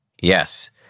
Yes